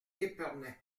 épernay